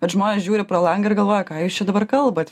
bet žmonės žiūri pro langą ir galvoja ką jūs čia dabar kalbat